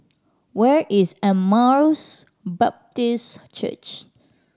where is Emmaus Baptist Church